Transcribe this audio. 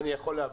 אני יכול להבין.